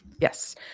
Yes